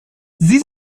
sie